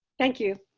thank you.